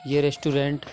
یہ ریسٹورینٹ